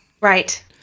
Right